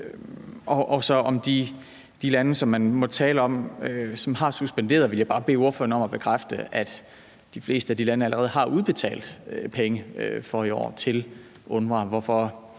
angår de lande, man måtte tale om, som har suspenderet støtten, vil jeg bare bede ordføreren om at bekræfte, at de fleste af dem allerede har udbetalt penge for i år til UNRWA,